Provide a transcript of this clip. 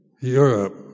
Europe